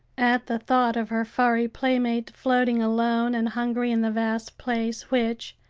at the thought of her furry playmate floating alone and hungry in the vast place which,